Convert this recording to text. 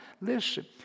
listen